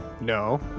No